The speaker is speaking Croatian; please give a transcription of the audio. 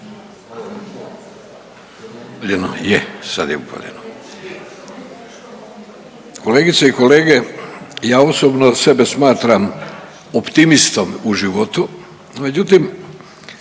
Je, sad je upaljeno. Kolegice i kolege ja osobno sebe smatram optimistom u životu, međutim